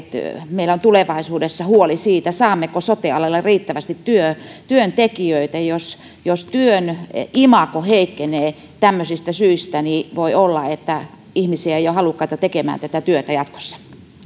meillä on tulevaisuudessa huoli siitä saammeko sote alalle riittävästi työntekijöitä jos jos työn imago heikkenee tämmöisistä syistä niin voi olla että ei ole halukkaita ihmisiä tekemään tätä työtä jatkossa